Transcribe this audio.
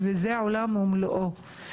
עולם ומלואו.